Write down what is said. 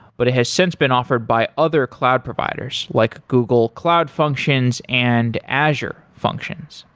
but it has since been offered by other cloud providers, like google cloud functions and azure functions.